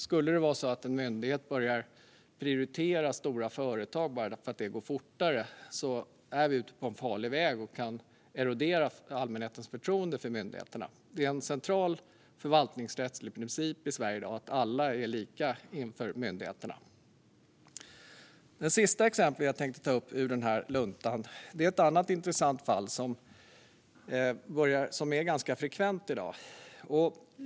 Skulle det vara så att en myndighet börjar prioritera stora företag bara därför att det går fortare är vi ute på en farlig väg och kan erodera allmänhetens förtroende för myndigheterna. Det är en central förvaltningsrättslig princip i Sverige i dag att alla är lika inför myndigheterna. Det sista exemplet jag tänkte ta upp ur denna lunta är ett annat intressant fall av en typ som är ganska frekvent i dag.